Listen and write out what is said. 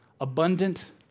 abundant